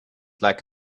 like